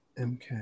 Mk